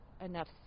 enough